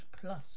plus